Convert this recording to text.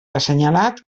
assenyalat